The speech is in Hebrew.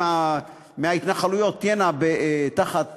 שחלק מההתנחלויות תהיינה תחת